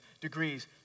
degrees